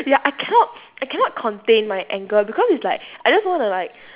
ya I cannot I cannot contain my anger because it's like I just just wanna like